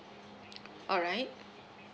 alright